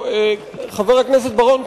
חבר הכנסת בר-און,